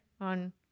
on